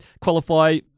qualify